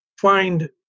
find